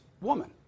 woman